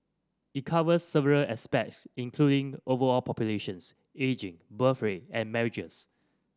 it covers several aspects including overall populations ageing birth rate and marriages